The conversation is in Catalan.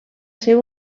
ser